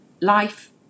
Life